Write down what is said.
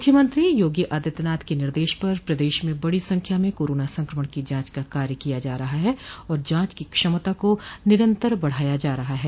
मुख्यमंत्री योगी आदित्यनाथ के निर्देश पर प्रदेश में बड़ी संख्या में कोरोना संक्रमण की जांच का कार्य किया जा रहा है और जांच की क्षमता को निरन्तर बढ़ाया जा रहा है